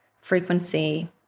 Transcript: frequency